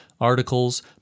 articles